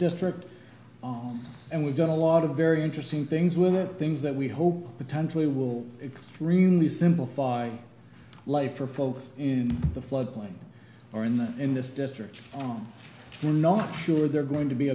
district and we've done a lot of very interesting things with it things that we hope potentially will extremely simple life for folks in the floodplain or in the in this district on we're not sure they're going to be